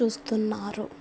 చూస్తున్నారు